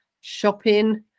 shopping